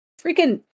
freaking